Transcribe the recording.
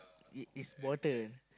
is is bothered